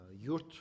yurt